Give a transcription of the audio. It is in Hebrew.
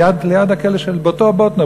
באותו "באטנר",